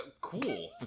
cool